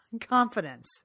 confidence